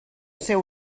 seu